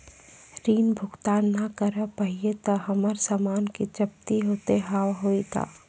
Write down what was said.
ऋण भुगतान ना करऽ पहिए तह हमर समान के जब्ती होता हाव हई का?